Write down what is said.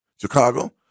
Chicago